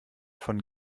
von